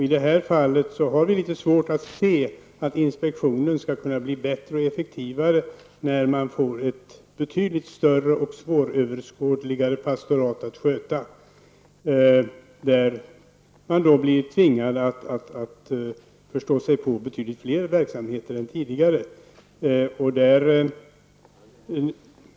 I detta fall har vi litet svårt att se att inspektionen skall kunna bli bättre och effektivare när den får ett betydligt större och mera svåröverskådligt pastorat att sköta, där man då blir tvingad att förstå sig på betydligt fler verksamheter än tidigare.